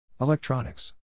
Electronics